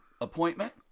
appointment